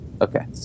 Okay